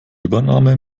übernahme